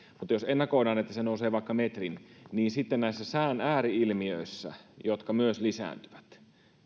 mutta jos ennakoidaan että se nousee vaikka metrin niin sitten näiden sään ääri ilmiöiden jotka myös lisääntyvät